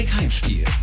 Heimspiel